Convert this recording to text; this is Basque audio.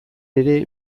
ere